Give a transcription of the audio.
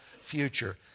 future